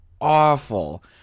awful